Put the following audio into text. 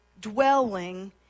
dwelling